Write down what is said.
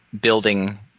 building